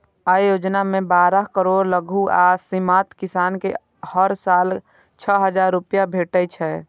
अय योजना मे बारह करोड़ लघु आ सीमांत किसान कें हर साल छह हजार रुपैया भेटै छै